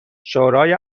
شورای